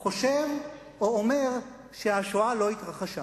חושב או אומר שהשואה לא התרחשה.